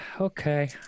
Okay